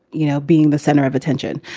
you know, being the center of attention.